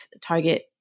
target